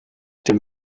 dem